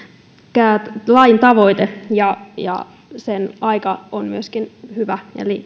lain tavoite ja ja myöskin sen aika on hyvä eli